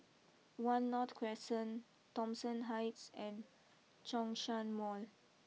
one North Crescent Thomson Heights and Zhongshan Mall